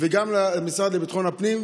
וגם למשרד לביטחון הפנים: